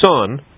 son